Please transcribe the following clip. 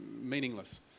meaningless